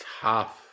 tough